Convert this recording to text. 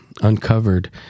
uncovered